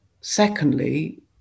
secondly